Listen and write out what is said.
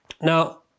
Now